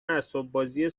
اسباببازی